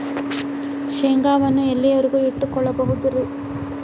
ಶೇಂಗಾವನ್ನು ಎಲ್ಲಿಯವರೆಗೂ ಇಟ್ಟು ಕೊಳ್ಳಬಹುದು ರೇ?